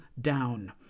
down